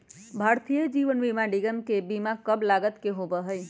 भारतीय जीवन बीमा निगम के बीमा कम लागत के होबा हई